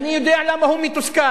שאני יודע למה הוא מתוסכל.